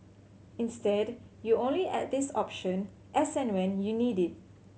instead you only add this option as and when you need it